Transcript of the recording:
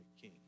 king